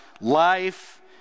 life